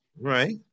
Right